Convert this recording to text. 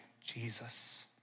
Jesus